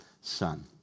son